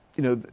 you know,